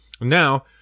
Now